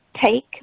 take